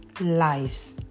lives